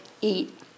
eat